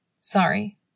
Sorry